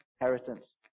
inheritance